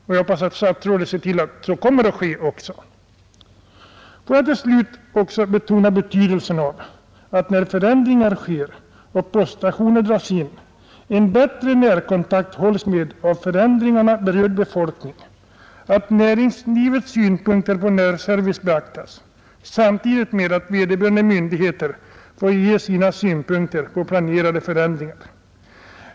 Detta hoppas jag också att statsrådet ser till. Får jag till slut betona betydelsen av att när förändringar företas och poststationer dras in en bättre närkontakt hålls med av förändringarna berörd befolkning och att näringslivets synpunkter på närservice beaktas samtidigt med att vederbörande myndigheter får ge sina synpunkter på planerade förändringar.